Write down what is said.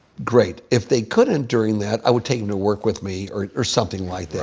great. if they couldn't during that, i would take them to work with me or something like that.